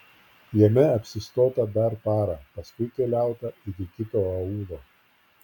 jame apsistota dar parą paskui keliauta iki kito aūlo